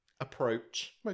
approach